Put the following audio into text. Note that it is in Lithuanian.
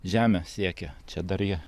žemę siekia čia dar jie